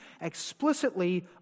explicitly